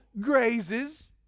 grazes